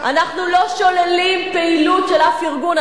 אנחנו לא שוללים פעילות של אף ארגון.